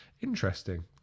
Interesting